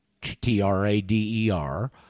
T-R-A-D-E-R